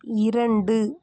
இரண்டு